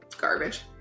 garbage